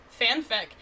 fanfic